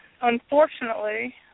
Unfortunately